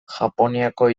japoniako